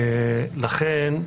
לכן,